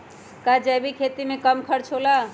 का जैविक खेती में कम खर्च होला?